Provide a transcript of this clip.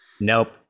Nope